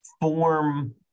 form